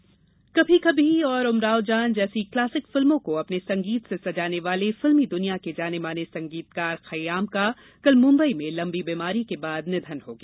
खय्याम कभी कभी और उमराव जान जैसी क्लासिक फिल्मों को अपने संगीत से सजाने वाले फिल्मी दुनिया के जाने माने संगीतकार खय्याम का कल मुम्बई में लंबी बीमारी के बाद निधन हो गया